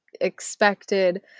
expected